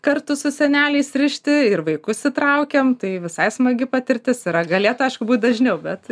kartu su seneliais rišti ir vaikus įtraukiam tai visai smagi patirtis yra galėtų aišku būt dažniau bet